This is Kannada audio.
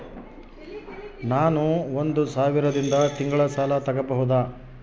ನಾನು ಒಂದು ಸಾವಿರದಿಂದ ತಿಂಗಳ ಸಾಲ ತಗಬಹುದಾ?